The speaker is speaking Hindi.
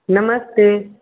नमस्ते